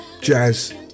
jazz